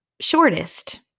shortest